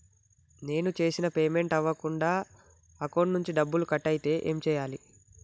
నేను చేసిన పేమెంట్ అవ్వకుండా అకౌంట్ నుంచి డబ్బులు కట్ అయితే ఏం చేయాలి?